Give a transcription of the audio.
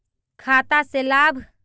खाता से लाभ?